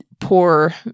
poor